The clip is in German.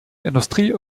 industrie